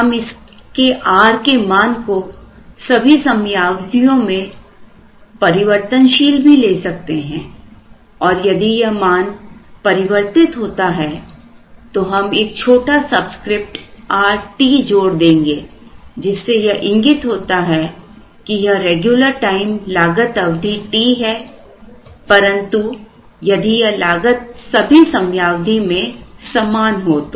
हम इसके rके मान को सभी समयावधियोंमें परिवर्तनशील भी ले सकते हैं और यदि यह मान परिवर्तित होता है तो हम एक छोटासबस्क्रिप्ट Rtजोड़ देंगे जिससे यह इंगित होता है कि यह रेगुलर टाइम लागत अवधि tहैपरंतु यदि यह लागत सभी समयाविधि में समान हो तो